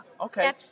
okay